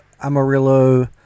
Amarillo